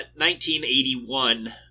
1981